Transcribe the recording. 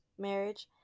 marriage